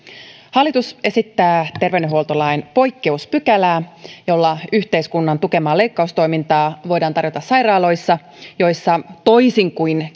hallitus esittää terveydenhuoltolain poikkeuspykälää jolla yhteiskunnan tukemaa leikkaustoimintaa voidaan tarjota sairaaloissa joissa toisin kuin